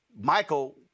Michael